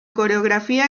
coreografía